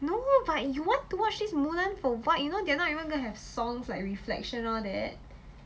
no but you want to watch this mulan for what you know they're not gonna even that have songs like reflection all that